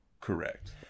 correct